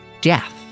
Death